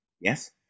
Yes